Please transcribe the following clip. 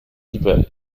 bieber